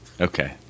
okay